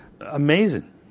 Amazing